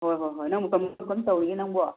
ꯍꯣꯏ ꯍꯣꯏ ꯍꯣꯏ ꯅꯪꯕꯨ ꯀꯔꯝ ꯀꯔꯝ ꯇꯧꯔꯤꯒꯦ ꯅꯪꯕꯣ